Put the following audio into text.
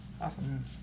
Awesome